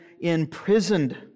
imprisoned